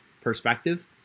perspective